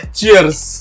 Cheers